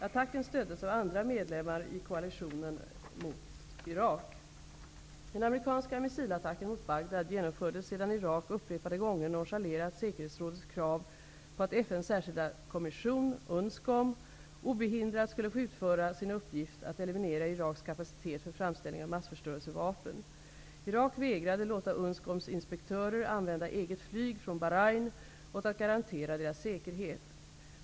Attacken stöddes av andra medlemmar i koalitionen mot Den amerikanska missilattacken mot Bagdad genomfördes sedan Irak upprepade gånger nonchalerat säkerhetsrådets krav på att FN:s särskilda kommission, UNSCOM, obehindrat skulle få utföra sin uppgift att eliminera Iraks kapacitet för framställning av massförstörelsevapen. Irak vägrade låta UNSCOM:s inspektörer använda eget flyg från Bahrain och att garantera deras säkerhet.